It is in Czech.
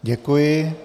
Děkuji.